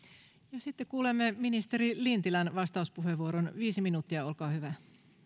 sitten kuulemme ministeri lintilän vastauspuheenvuoron viisi minuuttia olkaa hyvä